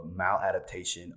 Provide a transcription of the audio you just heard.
maladaptation